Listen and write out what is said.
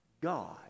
God